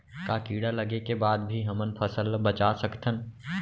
का कीड़ा लगे के बाद भी हमन फसल ल बचा सकथन?